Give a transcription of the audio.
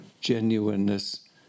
genuineness